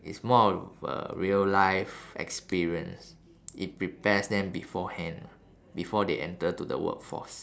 it's more of a real life experience it prepares them beforehand ah before they enter into the workforce